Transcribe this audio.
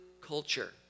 culture